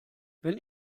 wenn